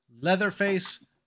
Leatherface